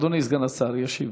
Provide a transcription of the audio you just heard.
אדוני סגן השר ישיב.